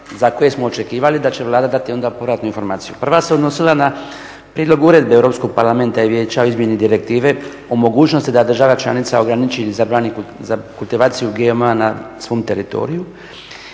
za koje smo očekivali da će Vlada dati povratnu informaciju. Prva se odnosila na Prijedlog uredbe Europskog parlamenta i Vijeće o izmjeni direktive o mogućnosti da država članica ograniči i zabrani kultivaciju GMO-a na svojem teritoriju